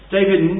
David